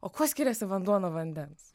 o kuo skiriasi vanduo nuo vandens